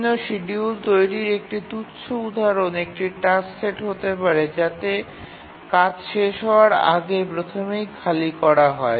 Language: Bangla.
বিভিন্ন শিডিয়ুল তৈরির একটি তুচ্ছ উদাহরণ একটি টাস্ক সেট হতে পারে যাতে কাজ শেষ হওয়ার আগে প্রথমেই খালি করা হয়